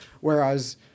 Whereas